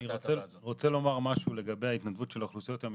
אני רוצה לומר משהו לגבי ההתנדבות של האוכלוסיות המיוחדות.